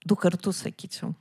du kartus sakyčiau